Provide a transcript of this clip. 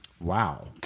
Wow